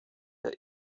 der